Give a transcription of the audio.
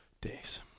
days